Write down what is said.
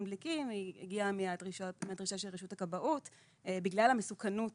דליקים היא הגיעה מהדרישה של רשות הכבאות בגלל המסוכנות